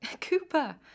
Cooper